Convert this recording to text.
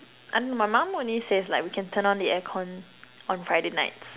I mean my mum only says like we can turn on the aircon on Friday nights